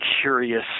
curious